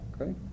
Okay